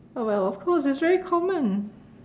oh well of course it's very common